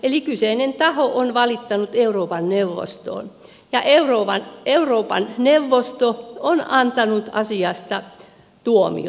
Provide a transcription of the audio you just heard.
eli kyseinen taho on valittanut euroopan neuvostoon ja euroopan neuvosto on antanut asiasta tuomion